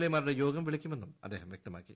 A മാരുടെ യോഗം വിളിക്കുമെന്നും അദ്ദേഹം പറഞ്ഞു